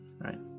Right